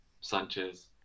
Sanchez